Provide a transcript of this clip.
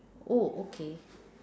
oh okay